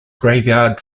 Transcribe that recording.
graveyard